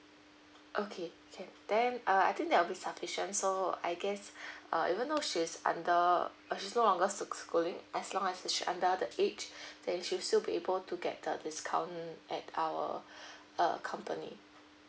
okay okay then uh I think that will be sufficient so I guess uh even though she's under uh she's no longer schooling as long as she under the age they should still be able to get the discount at our uh company